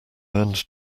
learned